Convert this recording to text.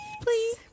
please